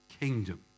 kingdom